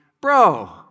bro